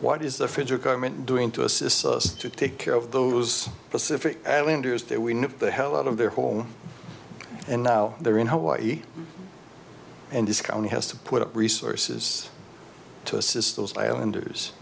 what is the federal government doing to assist us to take care of those pacific islanders that we know the hell out of their home and now they're in hawaii and this county has to put up resources to assist those islanders